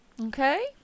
Okay